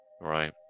right